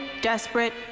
desperate